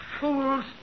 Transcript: Fools